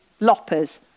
Loppers